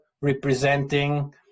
representing